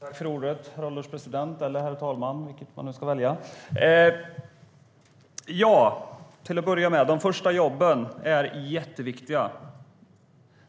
Herr ålderspresident! Till att börja med: De första jobben är jätteviktiga.